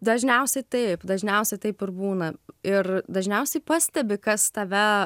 dažniausiai taip dažniausiai taip ir būna ir dažniausiai pastebi kas tave